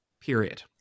period